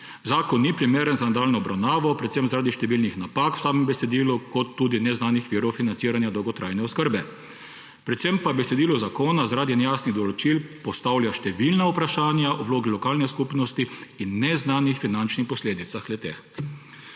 »Zakon ni primeren za nadaljnjo obravnavo, predvsem zaradi številnih napak v samem besedilu kot tudi neznanih virov financiranja dolgotrajne oskrbe. Predvsem pa besedilo zakona zaradi nejasnih določil postavlja številna vprašanja o vlogi lokalne skupnosti in neznanih finančnih posledicah le-te.«